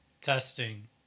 Testing